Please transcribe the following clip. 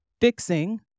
fixing